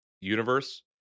universe